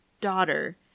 daughter